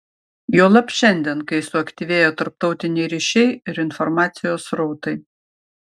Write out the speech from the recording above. juolab šiandien kai suaktyvėjo tarptautiniai ryšiai ir informacijos srautai